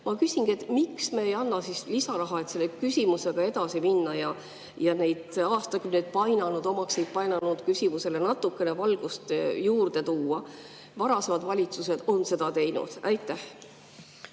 Ma küsingi: miks me ei anna lisaraha, et selle küsimusega edasi minna ja omakseid aastaid painanud küsimusse natukene valgust juurde tuua? Varasemad valitsused on seda teinud. Aitäh!